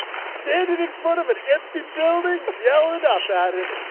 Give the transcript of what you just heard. standing in front of an empty building, yelling up at it